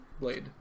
blade